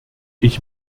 ich